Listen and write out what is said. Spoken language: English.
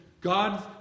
God